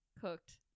cooked